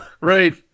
Right